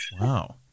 Wow